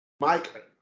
Mike